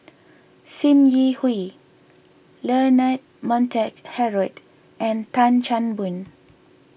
Sim Yi Hui Leonard Montague Harrod and Tan Chan Boon